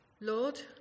Lord